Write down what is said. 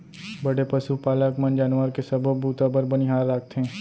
बड़े पसु पालक मन जानवर के सबो बूता बर बनिहार राखथें